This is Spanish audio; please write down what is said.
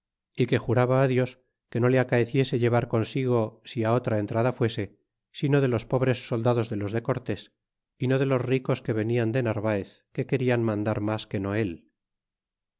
y que juraba dios que no le acaeciese llevar consigo si otra entrada fuese sil o de los pobres soldados de los de cortés y no de los ricos que venian de narvaez que querian mandar mas que no él